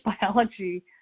biology